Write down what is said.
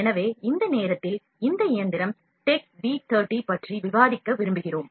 எனவே இந்த நேரத்தில் இந்த இயந்திரம் TECHB V30 பற்றி விவாதிக்க விரும்புகிறோம்